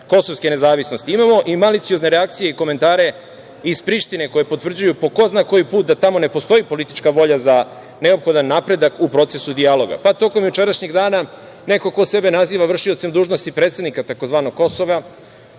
kosovske nezavisnosti imamo i maliciozne reakcije i komentare iz Prištine koje potvrđuju po ko zna koji put da tamo ne postoji politička volja za neophodan napredak u procesu dijaloga, pa tokom jučerašnjeg dana neko ko sebe naziva vršiocem dužnosti predsednika tzv. Kosova,